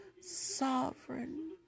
Sovereign